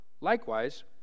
Likewise